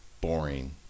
boring